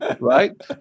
Right